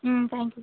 ம் thank you